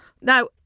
now